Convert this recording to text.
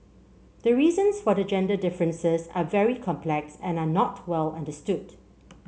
the reasons for the gender differences are very complex and are not well understood